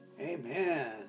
Amen